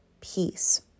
peace